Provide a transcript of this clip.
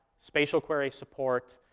spatial query support,